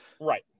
Right